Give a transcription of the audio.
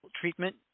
treatment